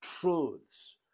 truths